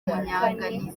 munyanganizi